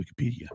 Wikipedia